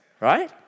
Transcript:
right